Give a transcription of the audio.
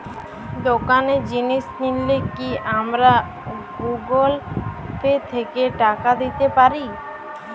দোকানে জিনিস কিনলে কি আমার গুগল পে থেকে টাকা দিতে পারি?